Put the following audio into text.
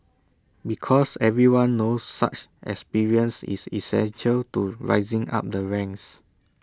because everyone knows such experience is essential to rising up the ranks